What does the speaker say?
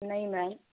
ਨਹੀਂ ਮੈਮ